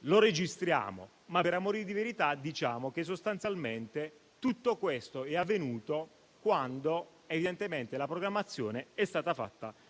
lo registriamo, ma per amor di verità diciamo che sostanzialmente tutto questo è avvenuto quando evidentemente la programmazione era stata fatta